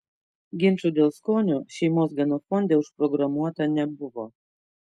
ginčų dėl skonio šeimos genofonde užprogramuota nebuvo